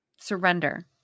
Surrender